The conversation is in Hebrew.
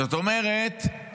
זאת אומרת,